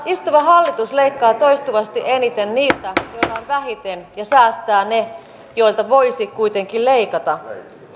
istuva hallitus leikkaa toistuvasti eniten niiltä joilla on vähiten ja säästää ne joilta voisi kuitenkin leikata